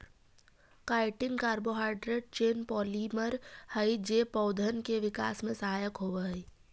chitin carbohydrate chain polymer हई जे पौधन के विकास में सहायक होवऽ हई